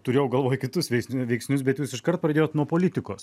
turėjau galvoj kitus veiks veiksnius bet jūs iškart pradėjot nuo politikos